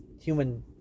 human